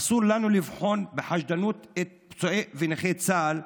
אסור לנו לבחון בחשדנות את פצועי ונכי צה"ל,